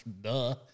duh